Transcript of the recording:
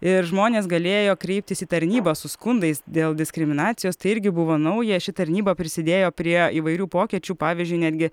ir žmonės galėjo kreiptis į tarnybą su skundais dėl diskriminacijos tai irgi buvo nauja ši tarnyba prisidėjo prie įvairių pokyčių pavyzdžiui netgi